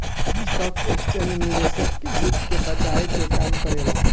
stock exchange निवेशक के हित के बचाये के काम करेला